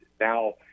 now